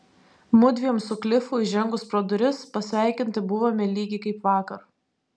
mudviem su klifu įžengus pro duris pasveikinti buvome lygiai kaip vakar